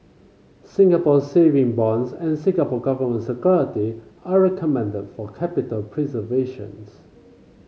Singapore Saving Bonds and Singapore Government Security are recommended for capital preservations